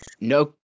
no